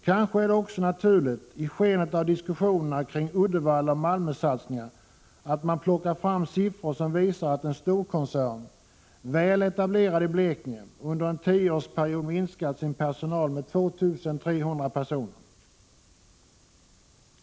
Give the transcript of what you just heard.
Kanske är det också naturligt, i skenet av diskussionerna kring Uddevallaoch Malmösatsningarna, att man plockar fram siffror som visar att en storkoncern, väl etablerad i Blekinge, under en tioårsperiod har minskat sin personal med 2 300 personer.